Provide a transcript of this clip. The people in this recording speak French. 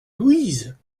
louise